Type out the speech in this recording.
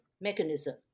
mechanism